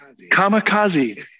kamikaze